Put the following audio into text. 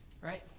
right